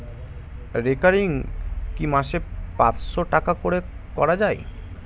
Recurring কি মাসে পাঁচশ টাকা করে করা যায়?